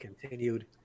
continued